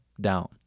down